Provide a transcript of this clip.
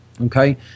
Okay